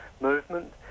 movement